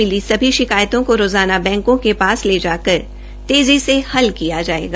मिली सभी शिकायतों को रोज़ाना बैंकों के पास ले जाकर तेज़ी से हल किया जायेगा